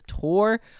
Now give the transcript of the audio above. tour